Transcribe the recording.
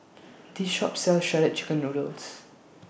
This Shop sells Shredded Chicken Noodles